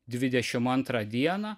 dvidešimt antrą dieną